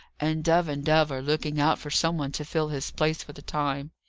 and dove and dove are looking out for some one to fill his place for the time.